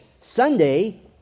Sunday